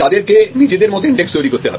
তাদেরকে নিজেদের মতো ইন্ডেক্স তৈরি করতে হবে